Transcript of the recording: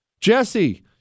Jesse